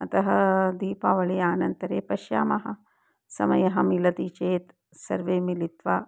अतः दीपावल्याः अनन्तरं पश्यामः समयः मिलति चेत् सर्वे मिलित्वा